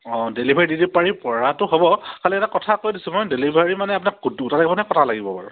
অঁ ডেলিভাৰী দি দিব পাৰি পৰাটো হ'ব খালী এটা কথা কৈ দিছোঁ মই ডেলিভাৰী মানে আপোনাক গোটা লাগিবনে কটা লাগিব বাৰু